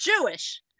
Jewish